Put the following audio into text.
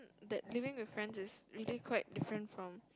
that living with friends is really quite different from